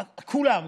כולם,